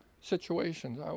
situations